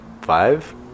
five